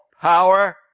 power